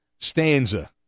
Stanza